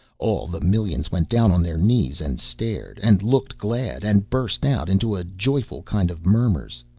all the millions went down on their knees, and stared, and looked glad, and burst out into a joyful kind of murmurs.